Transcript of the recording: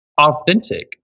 authentic